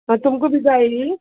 आ तुमक बी जाई